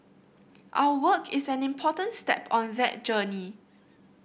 our work is an important step on that journey